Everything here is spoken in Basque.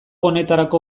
honetarako